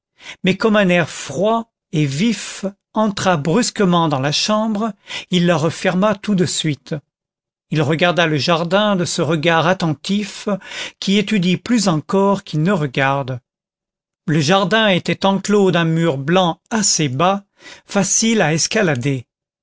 mais comme un air froid et vif entra brusquement dans la chambre il la referma tout de suite il regarda le jardin de ce regard attentif qui étudie plus encore qu'il ne regarde le jardin était enclos d'un mur blanc assez bas facile à escalader